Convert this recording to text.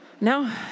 No